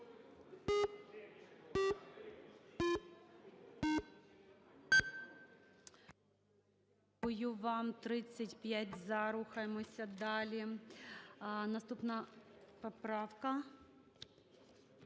Дякую вам. 35 – за. Рухаємося далі. Наступна поправка,